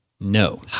No